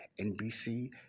NBC